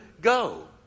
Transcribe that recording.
go